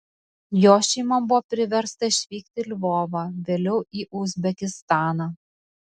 jo šeima buvo priversta išvykti į lvovą vėliau į uzbekistaną